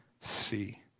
see